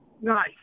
Nice